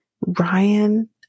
ryan